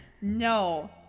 No